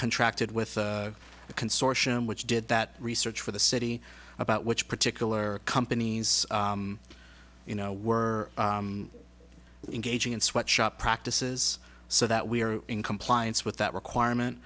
contracted with a consortium which did that research for the city about which particular companies you know were engaging in sweat shop practices so that we are in compliance with that requirement